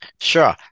Sure